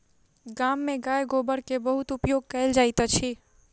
गाम में गाय गोबर के बहुत उपयोग कयल जाइत अछि